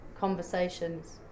conversations